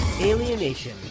Alienation